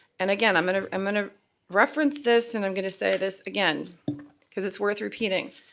and again i'm going i'm going to reference this and i'm going to say this again because it's worth repeating.